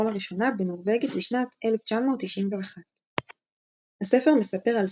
לראשונה בנורווגית בשנת 1991. הספר מספר על סופי,